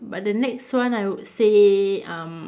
but the next one I would say um